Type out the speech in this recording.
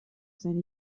seine